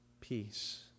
Peace